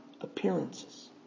Appearances